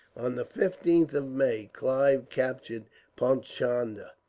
on the fifteenth of may clive captured paichandah,